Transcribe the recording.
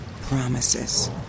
promises